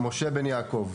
משה בן יעקב.